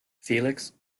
felix